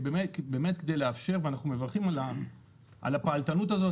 באמת כדי לאפשר ואנחנו מברכים על הפעלתנות הזאת